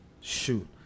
Shoot